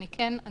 אני כן אגיד